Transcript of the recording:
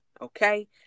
okay